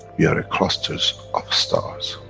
we are a. clusters of stars.